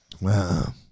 Wow